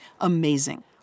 amazing